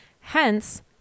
Hence